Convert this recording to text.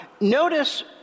notice